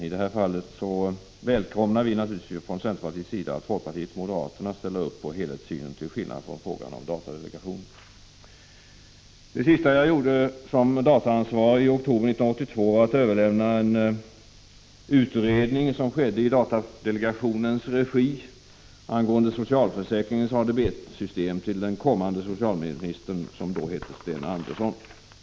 I det här fallet välkomnar vi naturligtvis att folkpartiet och moderaterna ställer upp bakom helhetssynen, till skillnad från i fråga om datadelegationen. Det sista jag gjorde som dataansvarig i oktober 1982 var att överlämna en utredning som skett i datadelegationens regi angående socialförsäkringens ADB-system till den kommande socialministern, som hette Sten Andersson.